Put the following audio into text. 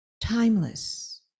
timeless